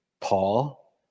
Paul